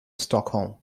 stockholm